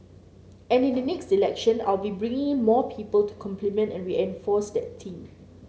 and in the next election I will be bringing in more people to complement and reinforce that team